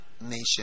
nation